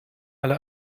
alle